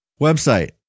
website